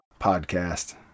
podcast